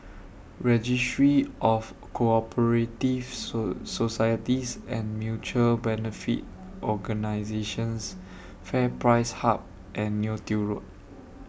Registry of Co Operative So Societies and Mutual Benefit Organisations FairPrice Hub and Neo Tiew Road